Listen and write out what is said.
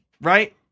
right